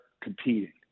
competing